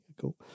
cool